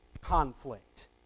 conflict